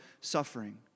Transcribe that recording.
suffering